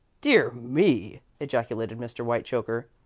dear me! ejaculated mr. whitechoker.